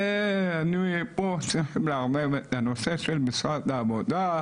פה צריכים לערב את הנושא של משרד העבודה,